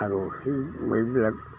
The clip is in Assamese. আৰু সেই এইবিলাক